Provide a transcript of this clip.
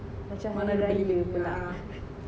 macam hari raya pulak